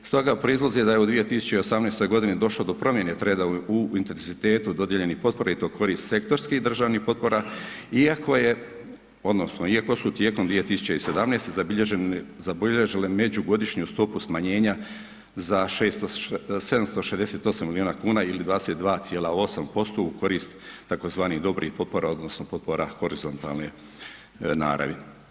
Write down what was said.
Stoga proizlazi da je u 2018. godini došlo do promjene trenda u intenzitetu dodijeljenih potpora i to korist sektorskih državnih potpora iako je odnosno iako su tijekom 2017. zabilježile međugodišnju stopu smanjenja za 768 milijuna kuna ili 22,8% u korist tzv. dobrih potpora odnosno potpora horizontalne naravi.